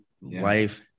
Life